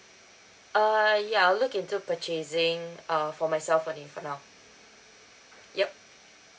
err ya I'll look into purchasing uh for myself only for now yup